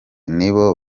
nibo